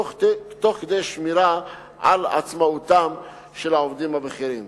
תוך כדי שמירה על עצמאותם של העובדים הבכירים.